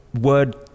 word